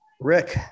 Rick